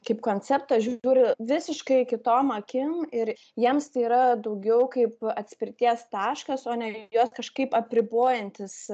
kaip konceptą žiūri visiškai kitom akim ir jiems tai yra daugiau kaip atspirties taškas o ne juos kažkaip apribojantis